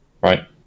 Right